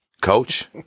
Coach